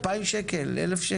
1,000?